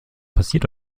passiert